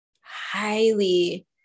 highly